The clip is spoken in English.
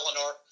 Eleanor